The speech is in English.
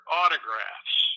autographs